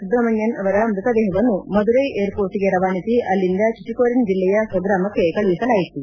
ಸುಬ್ರಹ್ನಣ್ಣಯನ್ ಅವರ ಮೃತ ದೇಹವನ್ನು ಮಧುರೈ ಏರ್ಪೋರ್ಟ್ಗೆ ರವಾನಿಸಿ ಅಲ್ಲಿಂದ ಟುಟಿಕೊರಿನ್ ಜಿಲ್ಲೆಯ ಸ್ವಗ್ರಾಮಕ್ಕೆ ಕಳುಹಿಸಲಾಯಿತು